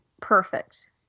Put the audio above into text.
perfect